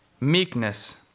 meekness